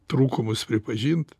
trūkumus pripažint